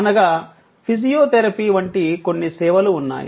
అనగా ఫిజియోథెరపీ వంటి కొన్ని సేవలు ఉన్నాయి